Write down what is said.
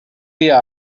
dia